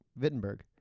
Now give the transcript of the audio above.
Wittenberg